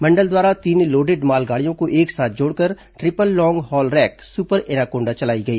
मंडल द्वारा तीन लोडेड मालगाड़ियों को एक साथ जोड़कर triple long haul rake Super Anaconda चलाई गई